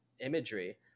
imagery